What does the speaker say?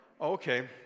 Okay